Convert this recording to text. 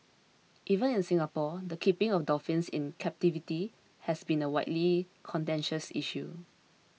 even in Singapore the keeping of dolphins in captivity has been a widely contentious issue